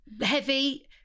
heavy